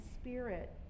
Spirit